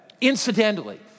Incidentally